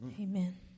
Amen